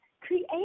Create